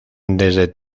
desde